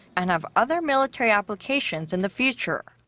and have other military applications in the future.